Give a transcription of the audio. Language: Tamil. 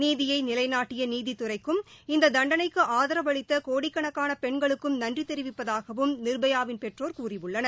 நீதியை நிலைநாட்டிய நீதித்துறைக்கும் இந்த தண்டனைக்கு ஆதரவளித்த கோடிக்காணக்கான பெண்களுக்கும் நன்றி தெரிவிப்பதாகவும் நிர்பயாவின் பெற்றோர் கூறியுள்ளனர்